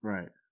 Right